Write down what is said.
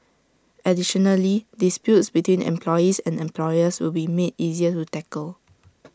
additionally disputes between employees and employers will be made easier to tackle